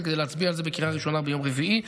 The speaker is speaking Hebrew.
כדי להצביע על זה בקריאה ראשונה ביום רביעי.